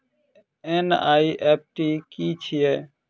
NEFT की छीयै?